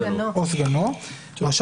לפניו, ראש